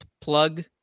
plug